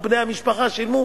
או בני המשפחה שילמו.